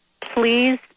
please